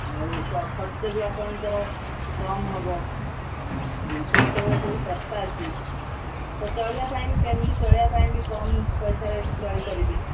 ଆଉ ଖର୍ଚ୍ଚ ବି ଆପଣଙ୍କର କମ୍ ହେବ ଜିନିଷ ଯେତେବେଳେ ସବୁ ଶସ୍ତା ଅଛି ତ ଚଳିବା ପାଇଁ ଫ୍ୟାମିଲି ଚଳିବା ପାଇଁ ବି କମ୍ ପଇସାରେ ଚଳିପାରିବେ